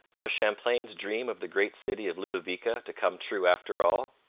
was champlain's dream of the great city of ludovica to come true after all?